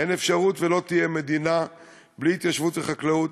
אין אפשרות ולא תהיה מדינה בלי התיישבות וחקלאות,